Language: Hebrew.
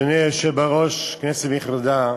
אדוני היושב בראש, כנסת נכבדה,